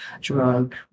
drug